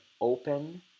open